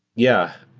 yeah.